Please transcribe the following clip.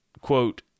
quote